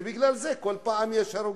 ובגלל זה כל פעם יש הרוגים,